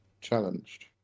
challenged